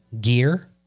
gear